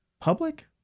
public